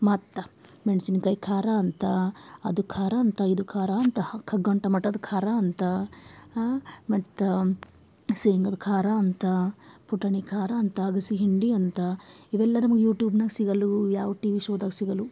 ಮತ್ತು ಮೆಣಸಿನ್ಕಾಯ್ ಖಾರ ಅಂತ ಅದು ಖಾರ ಅಂತ ಇದು ಖಾರ ಅಂತಹ ಕಗ್ಗಂಟ ಮಠದ ಖಾರ ಅಂತ ಮತ್ತು ಸೇಂಗದ ಖಾರ ಅಂತ ಪುಟಾಣಿ ಖಾರ ಅಂತ ಅಗಸಿ ಹಿಂಡಿ ಅಂತ ಇವೆಲ್ಲ ನಮಗ ಯೂಟ್ಯೂಬ್ನಾಗ ಸಿಗಲ್ವು ಯಾವ ಟಿ ವಿ ಶೋದಾಗ ಸಿಗಲ್ವು